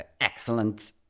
excellent